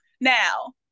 Now